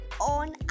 on